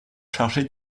chargé